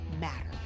matter